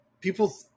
people –